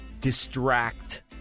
distract